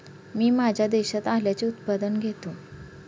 मी माझ्या शेतात आल्याचे उत्पादन घेतो